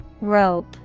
Rope